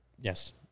yes